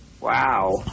Wow